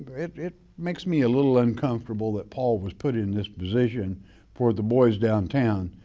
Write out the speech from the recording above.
it makes me a little uncomfortable that paul was put in this position for the boys downtown.